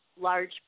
large